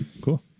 Cool